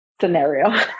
scenario